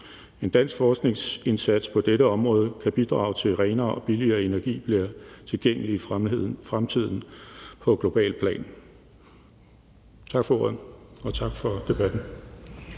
En dansk forskningsindsats på dette område kan bidrage til, at renere og billigere energi bliver tilgængelig i fremtiden på globalt plan. Tak for ordet, og tak for debatten.